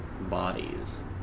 bodies